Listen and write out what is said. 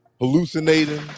hallucinating